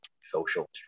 social